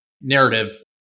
narrative